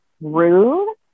rude